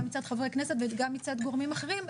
גם מצד מחברי כנסת וגם מצד גורמים אחרים,